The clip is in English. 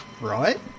right